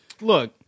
Look